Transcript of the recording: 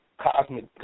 cosmic